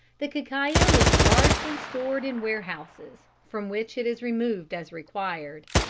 the cacao is largely stored in warehouses, from which it is removed as required.